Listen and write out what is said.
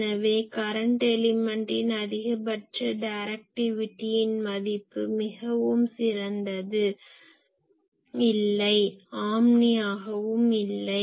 எனவே கரென்ட் எலிமென்டின் அதிகபட்ச டைரெக்டிவிட்டியின் மதிப்பு மிகவும் சிறந்தது இல்லை ஆம்னியாகவும் இல்லை